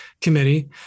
committee